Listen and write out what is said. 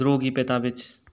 ꯗ꯭ꯔꯣꯒꯤ ꯄꯦꯇꯥꯕꯤꯠꯁ